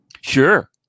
Sure